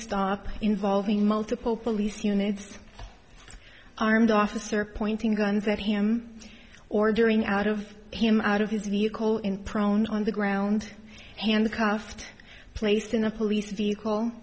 stop involving multiple police units armed officer pointing guns at him ordering out of him out of his vehicle in prone on the ground handcuffed placed in a police vehicle